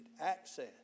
access